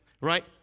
right